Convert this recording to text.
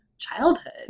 childhood